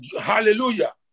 hallelujah